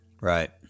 right